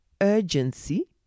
urgency